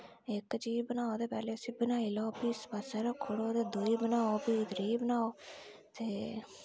इक चीज़ बनाओ ते पैह्लें उसी बनाई लैओ उसी पास्सै रक्खी ओड़ो दूई बनाओ ते फ्ही त्रीऽ बनाओ ते